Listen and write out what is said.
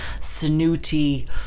Snooty